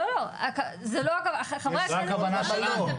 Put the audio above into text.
זאת הכוונה שלנו.